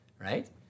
Right